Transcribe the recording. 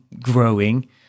growing